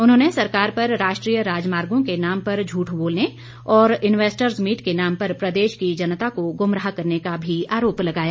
उन्होंने सरकार पर राष्ट्रीय राजमार्गो के नाम पर झूठ बोलने और इन्वैस्टर्स मीट के नाम पर प्रदेश की जनता को गुमराह करने का भी आरोप लगाया